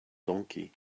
donkey